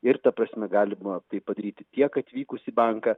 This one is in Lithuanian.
ir ta prasme galima tai padaryti tiek atvykus į banką